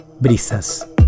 Brisas